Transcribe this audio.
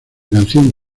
canción